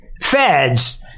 feds